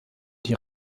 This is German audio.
die